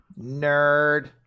Nerd